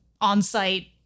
on-site